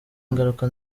ingaruka